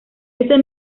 ese